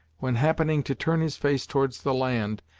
when, happening to turn his face towards the land,